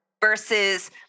versus